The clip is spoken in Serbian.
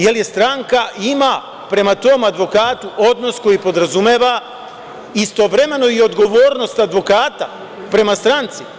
Jel stranka ima prema tom advokatu odnos koji podrazumeva istovremeno i odgovornost advokata prema stranci?